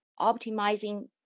optimizing